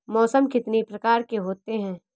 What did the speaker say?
मौसम कितनी प्रकार के होते हैं?